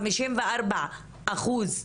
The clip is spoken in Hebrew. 54 אחוז פוענחו,